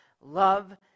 love